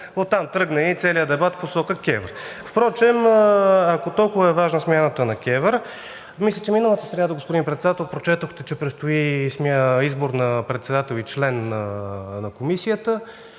Оттам тръгна и целият дебат в посока КЕВР. Ако толкова е важна смяната на КЕВР, мисля, че миналата сряда, господин Председател, прочетохте, че предстои избор на председател и членове на Комисията.